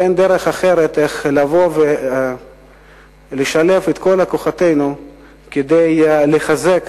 אין דרך אחרת לבוא ולשלב את כל כוחותינו כדי לחזק